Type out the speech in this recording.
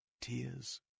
Tears